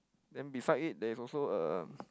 then beside it there's also a